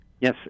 Yes